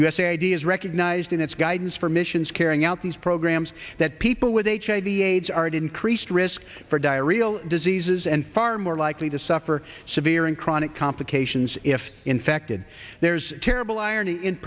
usa ideas recognized in its guidance for missions carrying out these programs that people with hiv aids are at increased risk for diarrheal diseases and far more likely to suffer severe and chronic complications if infected there's terrible irony in